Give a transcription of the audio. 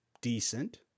decent